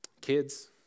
Kids